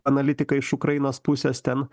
analitiką iš ukrainos pusės ten